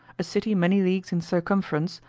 a city many leagues in circumference,